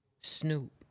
Snoop